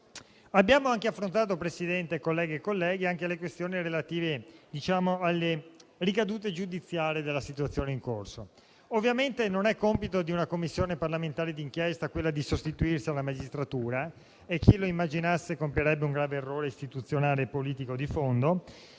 abbiamo affrontato altresì le questioni relative alle ricadute giudiziarie della situazione in corso. Ovviamente non è compito di una Commissione parlamentare di inchiesta sostituirsi alla magistratura - e chi lo immaginasse compirebbe un grave errore istituzionale e politico di fondo